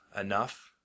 enough